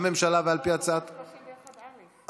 הממשלה, ועל פי הצעת, קודם כול 31(א).